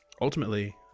ultimately